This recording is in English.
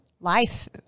life